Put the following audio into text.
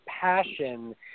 passion